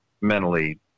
mentally